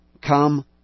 come